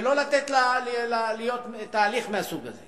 ולא לתת שיהיה תהליך מהסוג הזה.